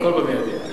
הכול במיידי.